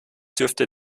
dürfte